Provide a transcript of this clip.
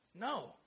No